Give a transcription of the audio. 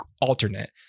alternate